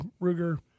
Ruger